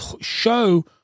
show